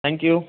thank you